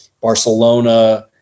Barcelona